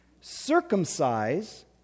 Circumcise